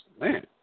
Man